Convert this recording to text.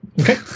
Okay